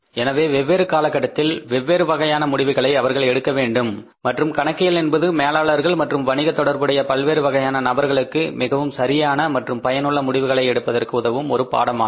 எனவே வெவ்வேறு காலகட்டத்தில் வெவ்வேறு வகையான முடிவுகளை அவர்கள் எடுக்க வேண்டும் மற்றும் கணக்கியல் என்பது மேலாளர்கள் மற்றும் வணிக தொடர்புடைய பல்வேறு வகையான நபர்களுக்கு மிகவும் சரியான மற்றும் பயனுள்ள முடிவுகளை எடுப்பதற்கு உதவும் ஒரு பாடம் ஆகும்